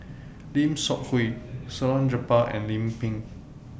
Lim Seok Hui Salleh Japar and Lim Pin